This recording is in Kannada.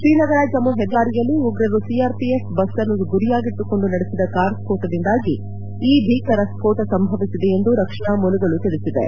ಶ್ರೀನಗರ ಜಮ್ಮ ಹೆದ್ದಾರಿಯಲ್ಲಿ ಉಗ್ರರು ಸಿಆರ್ಪಿಎಫ್ ಬಸ್ ಅನ್ನು ಗುರಿಯಾಗಿಟ್ಟುಕೊಂಡು ನಡೆಸಿದ ಕಾರ್ ಸ್ಪೋಟದಿಂದಾಗಿ ಈ ಭೀಕರ ಸ್ಪೋಟ ಸಂಭವಿಸಿದೆ ಎಂದು ರಕ್ಷಣಾ ಮೂಲಗಳು ತಿಳಿಸಿವೆ